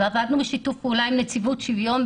ועבדנו בשיתוף פעולה עם נציבות שוויון.